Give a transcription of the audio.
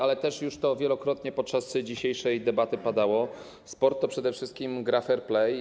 Ale już wielokrotnie podczas dzisiejszej debaty padało, że sport to przede wszystkim gra fair play.